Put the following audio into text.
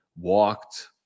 walked